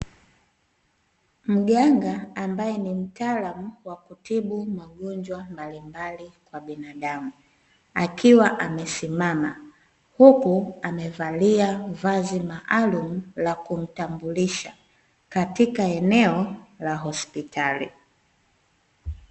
Mganga ambaye ni mtaalamu wa kutibu magonjwa mbalimbali kwa binadamu akiwa amesimama huku amevalia vazi maalum la kumtambulisha katika eneo la hospitali.